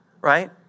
Right